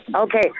Okay